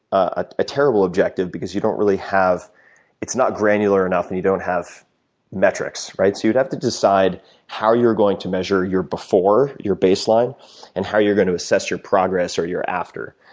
ah a terrible objective because you don't really have it's not granular enough and you don't have metrics, right. so you'd have to decide how you're going to measure your before, your baseline and how you're going to assess your progress or your after.